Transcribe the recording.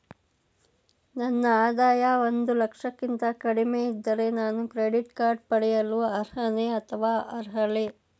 ನನ್ನ ಆದಾಯ ಒಂದು ಲಕ್ಷಕ್ಕಿಂತ ಕಡಿಮೆ ಇದ್ದರೆ ನಾನು ಕ್ರೆಡಿಟ್ ಕಾರ್ಡ್ ಪಡೆಯಲು ಅರ್ಹನೇ ಅಥವಾ ಅರ್ಹಳೆ?